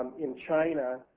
in china,